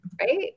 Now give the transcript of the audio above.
right